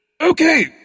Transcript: Okay